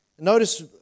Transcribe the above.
Notice